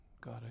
God